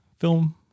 film